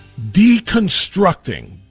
Deconstructing